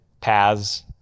paths